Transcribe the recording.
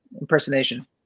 Impersonation